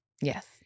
yes